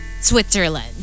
Switzerland